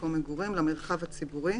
מקום מגורים) למרחב הציבורי,